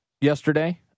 yesterday